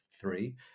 three